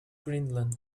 greenland